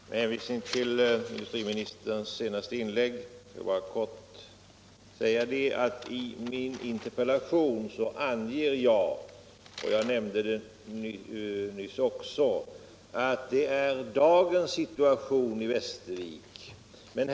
Herr talman! Med anledning av industriministerns senaste inlägg vill jag helt kort säga att som jag i min interpellation anger — och som jag också nyss nämnde — är dagens situation i Västervik något så när balanserad.